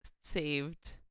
saved